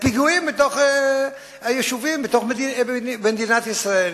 לפיגועים בתוך היישובים במדינת ישראל.